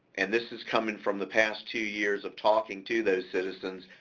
and this is coming from the past two years of talking to those citizens,